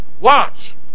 Watch